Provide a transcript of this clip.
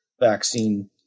vaccine